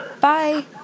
bye